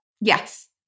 Yes